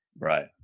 Right